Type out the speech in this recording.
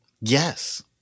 Yes